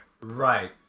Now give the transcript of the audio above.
Right